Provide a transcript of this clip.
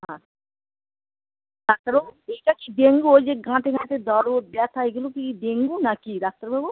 হ্যাঁ ডাক্তারবাবু এইটা কি ডেঙ্গু ওই যে গাঁটে গাঁটে জ্বর ও ব্যথা এইগুলো কি ডেঙ্গু নাকি ডাক্তারবাবু